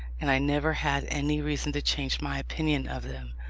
and i never had any reason to change my opinion of them.